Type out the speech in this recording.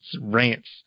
rants